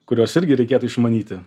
kuriuos irgi reikėtų išmanyti